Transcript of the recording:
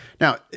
Now